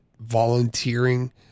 volunteering